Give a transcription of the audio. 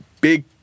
big